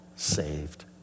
saved